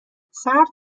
سرد